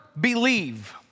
believe